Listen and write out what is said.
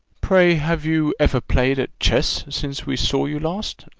pray, have you ever played at chess, since we saw you last?